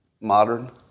modern